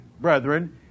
brethren